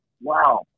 Wow